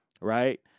right